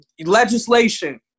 Legislation